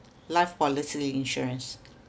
life policy insurance